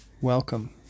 Welcome